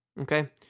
Okay